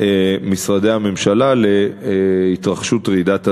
משרדי הממשלה להתרחשות רעידת אדמה.